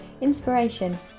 inspiration